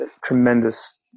tremendous